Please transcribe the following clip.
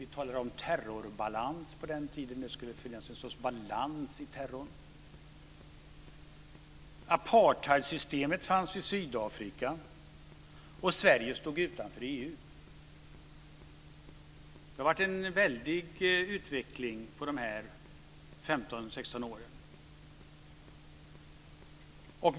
Vi talade på den tiden om terrorbalans. Det skulle finnas en sorts balans i terrorn. Apartheidsystemet fanns i Sydafrika, och Sverige stod utanför EU. Det har varit en väldig utveckling på dessa 15 16 år.